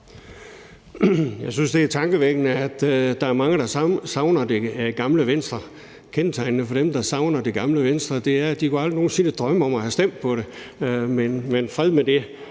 Jeg synes, det er tankevækkende, at der er mange, der savner det gamle Venstre. Kendetegnende for dem, der savner det gamle Venstre, er, at de aldrig nogen sinde kunne drømme om at have stemt på det, men fred være med det.